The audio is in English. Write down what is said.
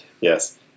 Yes